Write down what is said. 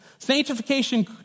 Sanctification